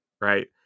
Right